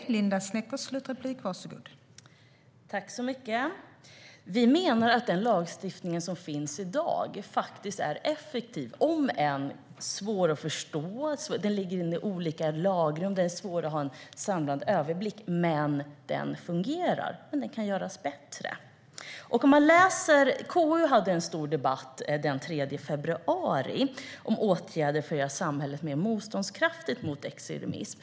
Fru talman! Vi menar att den lagstiftning som finns i dag är effektiv, om än svår att förstå - den ligger i olika lagrum och det är svårt att få en samlad överblick. Den fungerar, men den kan göras bättre. KU hade en stor debatt den 3 februari om åtgärder för att göra samhället mer motståndskraftigt mot extremism.